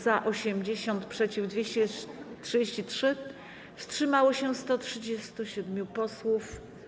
Za - 80, przeciw - 233, wstrzymało się 137 posłów.